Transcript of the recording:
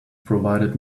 provided